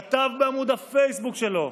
כתב בעמוד הפייסבוק שלו,